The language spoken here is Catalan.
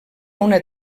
una